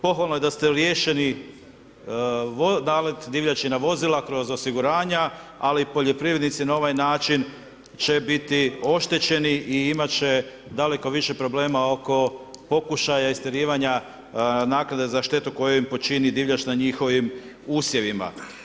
Pohvalno je da ste riješili nalet divljači na vozila kroz osiguranja, ali poljoprivrednici na ovaj način će biti oštećeni i imat će, daleko više problema oko pokušaja istjerivanja naknade na štetu kojim počini divljač na njihovim usjevima.